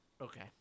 Okay